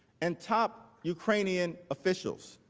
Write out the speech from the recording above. and top ukrainian officials.